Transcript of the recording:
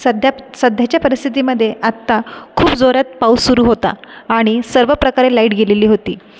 सध्या सध्याच्या परिस्थितीमध्ये आत्ता खूप जोरात पाऊस सुरु होता आणि सर्वप्रकारे लाईट गेलेली होती